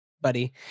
buddy